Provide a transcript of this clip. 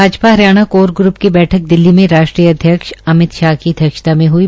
Bhajpa Haryana core group की बछक दिल्ली में राष्ट्रीय अध्यक्ष अमित शाह की अध्यक्षता में हई